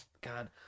God